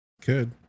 Good